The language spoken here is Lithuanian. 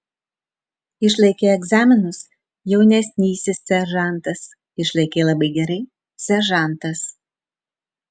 išlaikei egzaminus jaunesnysis seržantas išlaikei labai gerai seržantas